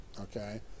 okay